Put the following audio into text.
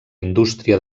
indústria